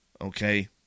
okay